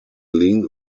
lyn